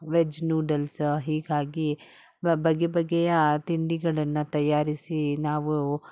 veg noodles ಹೀಗಾಗಿ ಬಗೆ ಬಗೆಯ ತಿಂಡಿಗಳನ್ನು ತಯಾರಿಸಿ ನಾವು